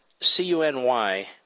C-U-N-Y